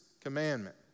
Commandment